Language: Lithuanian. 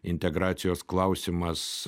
integracijos klausimas